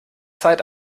zeit